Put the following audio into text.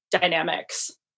dynamics